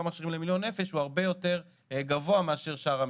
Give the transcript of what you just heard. לנפש הוא הרבה יותר גבוה משאר המקומות.